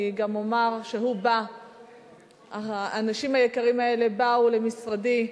אני גם אומר שהאנשים היקרים האלה באו למשרדי,